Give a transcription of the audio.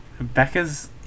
Becca's